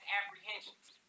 apprehensions